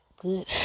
good